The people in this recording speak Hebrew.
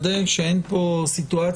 אנחנו מודעים היטב לצורך להביא את דבר